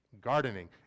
gardening